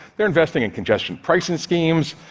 they're investing in congestion pricing schemes,